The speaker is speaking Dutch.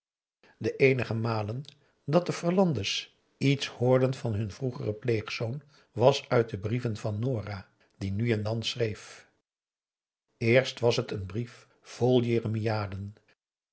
de eenige malen dat de verlande's iets hoorden van hun vroegeren pleegzoon was uit de brieven van nora die nu en dan schreef eerst was het een brief vol